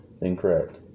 Incorrect